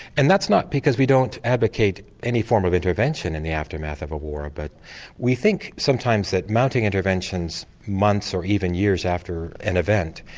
and that's not because we don't advocate any form of intervention in the aftermath of war but we think sometimes that mounting interventions months, or even years after an event,